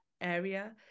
area